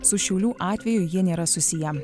su šiaulių atveju jie nėra susiję